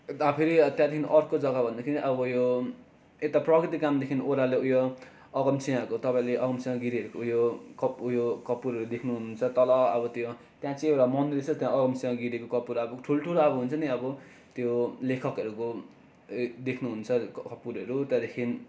यता फेरि त्यहाँदेखि अर्को जग्गा भन्दाखेरि पनि अब यो यता प्रगतिगामदेखि ओह्रालो उयो अगमसिंहको तपाईँले अगमसिंह गिरीहरूको उयो कप उयो कपुरहरू देख्नुहुन्छ तल अब त्यो त्यहाँ चाहिँ एउटा मन्दिर छ त्यहाँ अगमसिंह गिरीको कपुर अब ठुल्ठुलो अब हुन्छ नि अब त्यो लेखकहरूको एक देख्नु हुन्छ कपुरहरू त्यहाँदेखि